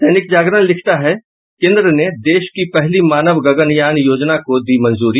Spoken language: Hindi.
दैनिक जागरण लिखता है केन्द्र ने देश की पहली मानव गगनयान योजना को दी मंजूरी